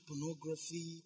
pornography